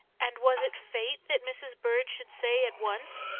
and was it fate that mrs. bird should say, at once,